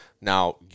Now